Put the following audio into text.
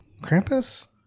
Krampus